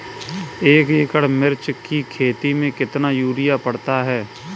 एक एकड़ मिर्च की खेती में कितना यूरिया पड़ता है?